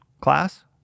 class